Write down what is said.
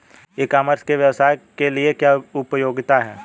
ई commerce के व्यवसाय के लिए क्या उपयोगिता है?